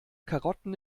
karotten